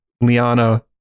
Liana